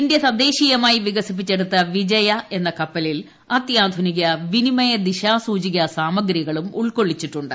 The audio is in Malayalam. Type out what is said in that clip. ഇന്ത്യ തദ്ദേശീയമായി വികസിപ്പിച്ചെടുത്ത വിജയ എന്ന കപ്പലിൽ അത്യാധുനിക വിനിമയ ദിശാസൂചികാ സാമഗ്രികളും ഉൾക്കൊള്ളിച്ചിട്ടുണ്ട്